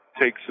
takes